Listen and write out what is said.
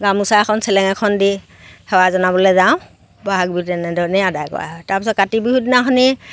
গামোচা এখন চেলেং এখন দি সেৱা জনাবলৈ যাওঁ বহাগ বিহু তেনেধৰণেই আদায় কৰা হয় তাৰ পিছত কাতি বিহুৰ দিনাখনি